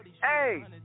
Hey